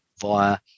via